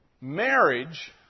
Marriage